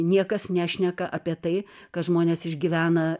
niekas nešneka apie tai kad žmonės išgyvena